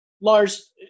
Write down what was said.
Lars